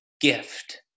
gift